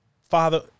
Father